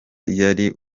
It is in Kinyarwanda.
yari